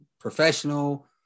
professional